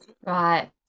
right